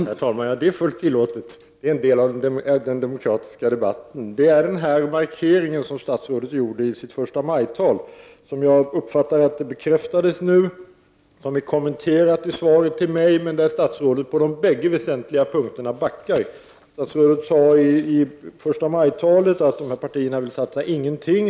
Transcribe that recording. Herr talman! Det är fullt tillåtet. Det är en del av den demokratiska debatten. Den markering som statsrådet gjorde i sitt förstamajtal uppfattade jag att hon nu har bekräftat. Statsrådet har kommenterat denna markering i sitt svar, men på de bägge väsentliga punkterna backar hon. I sitt förstamajtal sade statsrådet att de övriga partierna inte vill satsa någonting.